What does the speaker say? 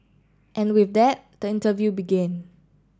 and with that the interview began